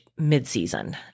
midseason